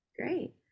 Great